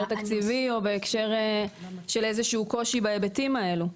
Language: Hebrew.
תקציבי או בהקשר של איזה קושי בהיבטים האלה,